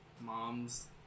mom's